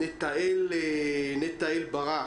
נטעאל ברק,